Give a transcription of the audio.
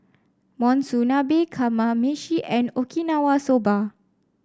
Monsunabe Kamameshi and Okinawa Soba